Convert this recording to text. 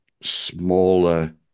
smaller